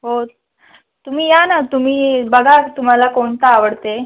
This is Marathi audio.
हो तुमी या ना तुम्ही बघा तुम्हाला कोणता आवडते